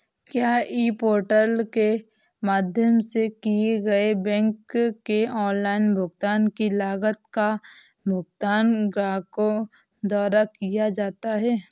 क्या e portal के माध्यम से किए गए बैंक के ऑनलाइन भुगतान की लागत का भुगतान ग्राहकों द्वारा किया जाता है?